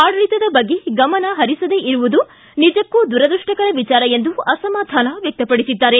ಆಡಳಿತದ ಬಗ್ಗೆ ಗಮನ ಪರಿಸದೇ ಇರುವುದು ನಿಜಕ್ಕೂ ದುರದೃಷ್ಟಕರ ವಿಚಾರ ಎಂದು ಅಸಮಾಧಾನ ವ್ಯಕ್ತಪಡಿಸಿದ್ದಾರೆ